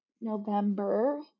November